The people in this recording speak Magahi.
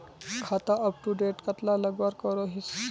खाता अपटूडेट कतला लगवार करोहीस?